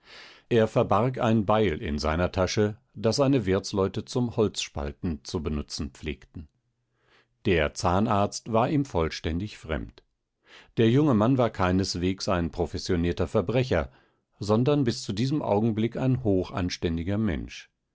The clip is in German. er verbarg ein beil in seiner tasche das seine wirtsleute zum holzspalten zu benutzen pflegten der zahnarzt war ihm vollständig fremd der junge mann war keineswegs ein professionierter verbrecher sondern bis zu diesem augenblick ein hochanständiger mensch